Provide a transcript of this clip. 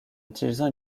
utilisant